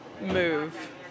move